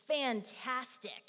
fantastic